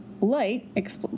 Light